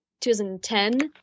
2010